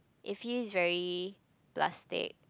it feels very plastic